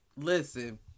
Listen